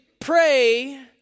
pray